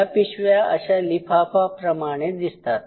या पिशव्या अशा लिफाफा प्रमाणे दिसतात